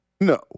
No